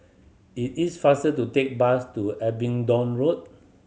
it is faster to take bus to Abingdon Road